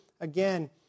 again